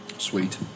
Sweet